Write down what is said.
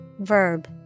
verb